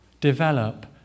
develop